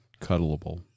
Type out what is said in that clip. cuddleable